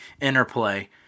interplay